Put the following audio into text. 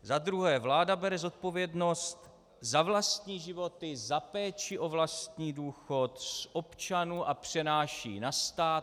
Za druhé vláda bere zodpovědnost za vlastní životy, za péči o vlastní důchod z občanů a přenáší na stát.